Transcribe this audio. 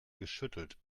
geschüttelt